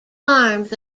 arms